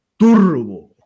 Turbo